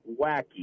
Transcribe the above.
wacky